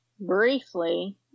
briefly